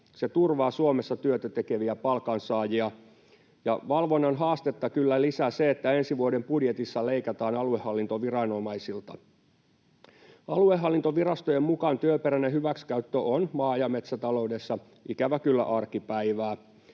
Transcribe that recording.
Se turvaa Suomessa työtä tekeviä palkansaajia. Valvonnan haastetta kyllä lisää se, että ensi vuoden budjetissa leikataan aluehallintoviranomaisilta. Aluehallintovirastojen mukaan työperäinen hyväksikäyttö on maa- ja metsätaloudessa, ikävä kyllä, arkipäivää.